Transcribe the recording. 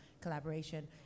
collaboration